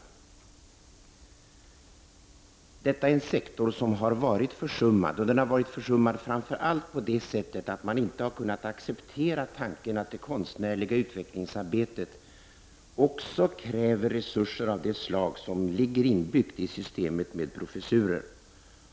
Detta är en sektor som har varit försummad. Den har framför allt varit försummad på det sättet att man inte har kunnat acceptera tanken att det konstnärliga utvecklingsarbetet också kräver resurser av det slag som finns inbyggt i systemet med professurer.